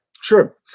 Sure